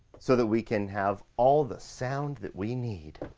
so that we can have all the sound that we need.